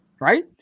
right